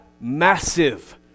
massive